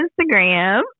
instagram